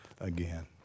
again